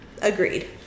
Agreed